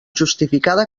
justificada